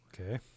okay